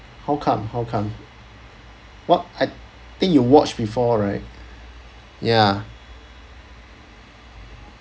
how come how come what I think you watch before right ya